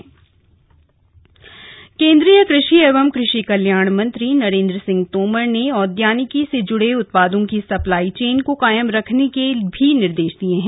कृषि मंत्री समीक्षा केन्द्रीय कृषि एवं कृषि कल्याण मंत्री नरेन्द्र सिंह तोमर ने औद्यानिकी से जुड़े उत्पादों की सप्लाई चेन को कायम रखने के भी निर्देश दिये हैं